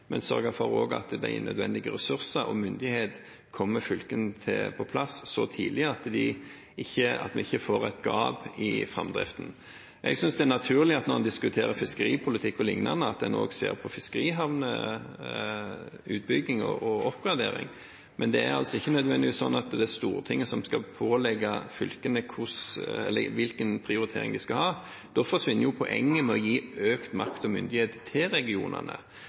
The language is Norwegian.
men også sørge for at nødvendige ressurser og myndighet kommer på plass i fylkene så tidlig at vi ikke får et gap i framdriften. Jeg synes det er naturlig når en diskuterer fiskeripolitikk og lignende, at en også ser på fiskerihavneutbygging og oppgradering. Men det er ikke nødvendigvis slik at det er Stortinget som skal pålegge fylkene hvilken prioritering de skal ha. Da forsvinner poenget med å gi økt makt og myndighet til regionene.